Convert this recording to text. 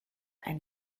ein